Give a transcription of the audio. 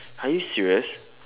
are you serious